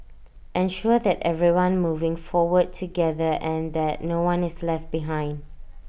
ensure that everyone moving forward together and that no one is left behind